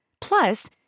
Plus